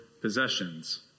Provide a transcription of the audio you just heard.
possessions